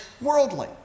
worldly